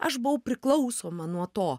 aš buvau priklausoma nuo to